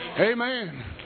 Amen